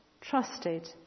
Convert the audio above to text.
trusted